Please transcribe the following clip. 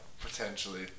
Potentially